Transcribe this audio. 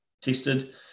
tested